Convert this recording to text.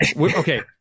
okay